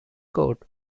court